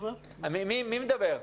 התרבות והספורט): מי מדבר?